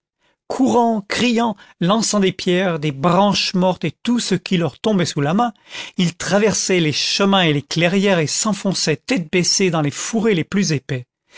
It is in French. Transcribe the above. courant criant lançant des pierres des branches mortes et tout ce qui eur tombait sous la main ils traversaient les ïhemins et les clairières et s'enfonçaient tête baissée dans les fourrés les plus épais